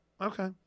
Okay